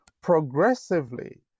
Progressively